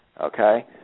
okay